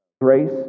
Grace